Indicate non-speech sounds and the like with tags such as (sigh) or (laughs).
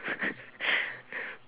(laughs)